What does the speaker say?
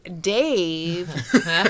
Dave